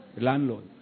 Landlord